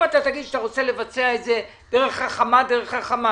אם אתה תגיד שאתה רוצה לבצע את זה דרך החמ"ת זה יהיה דרך החמ"ת.